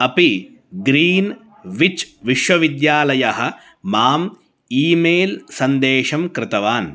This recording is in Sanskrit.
अपि ग्रीन्विच् विश्वविद्यालयः माम् ई मेल् सन्देशं कृतवान्